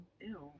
Ew